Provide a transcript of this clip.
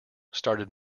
started